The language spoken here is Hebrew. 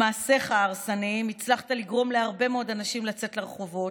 במעשיך ההרסניים הצלחת לגרום להרבה מאוד אנשים לצאת לרחובות,